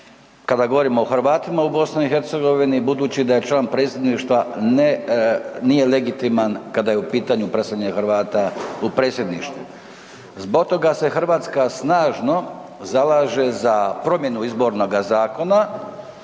kada govorimo o Hrvatima i BiH-u budući da je član predsjedništva nije legitiman kad je u pitanju predstavljanje Hrvata u predsjedništvu. Zbog toga se Hrvatska snažno zalaže za promjene Izbornoga zakona